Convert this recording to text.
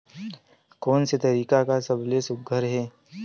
कोन से तरीका का सबले सुघ्घर हे?